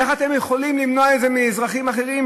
איך אתם יכולים למנוע את זה מאזרחים אחרים